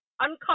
uncut